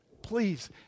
please